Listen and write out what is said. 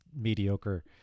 mediocre